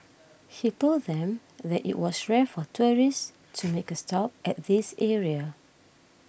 he told them that it was rare for tourists to make a stop at this area